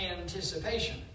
anticipation